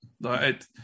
right